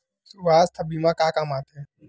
सुवास्थ बीमा का काम आ थे?